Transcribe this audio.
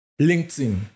LinkedIn